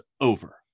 over